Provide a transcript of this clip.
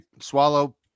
Swallow